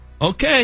Okay